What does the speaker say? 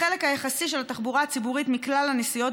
החלק היחסי של התחבורה הציבורית מכלל הנסיעות